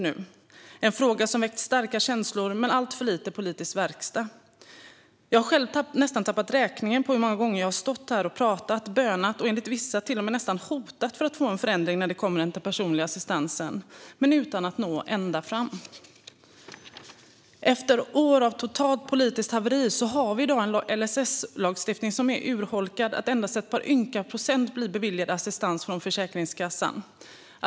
Det är en fråga som väckt starka känslor, men det har varit alltför lite politisk verkstad. Jag har själv nästan tappat räkningen på hur många gånger jag stått här och pratat, bönat och enligt vissa till och med nästan hotat för att få till en förändring av den personliga assistansen - men utan att nå ända fram. Efter år av totalt politiskt haveri har vi i dag en LSS-lagstiftning som är så urholkad att endast ett par ynka procent blir beviljade assistans från Försäkringskassan.